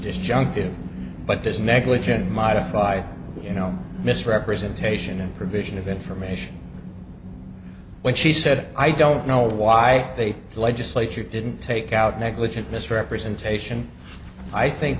disjunctive but there's negligent modified you know misrepresentation and provision of information when she said i don't know why a legislature didn't take out negligent misrepresentation i think